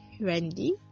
randy